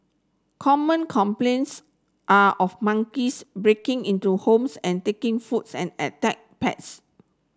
common complaints are of monkeys breaking into homes and taking foods and attack pets